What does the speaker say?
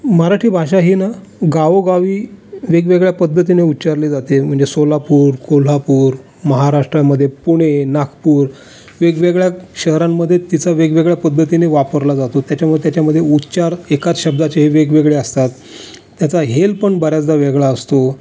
मराठी भाषा ही ना गावोगावी वेगवेगळ्या पद्धतीने उच्चारली जाते म्हणजे सोलापूर कोल्हापूर महाराष्ट्रामध्ये पुणे नागपूर वेगवेगळ्या शहरांमध्ये तिचं वेगवेगळ्या पद्धतीने वापरला जातो त्याच्यामुळं त्याच्यामध्ये उच्चार एकाच शब्दाचे हे वेगवेगळे असतात त्याचा हेल पण बऱ्याचदा वेगळा असतो